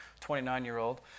29-year-old